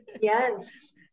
Yes